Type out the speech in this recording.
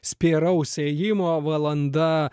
spėraus ėjimo valanda